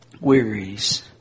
wearies